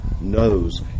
knows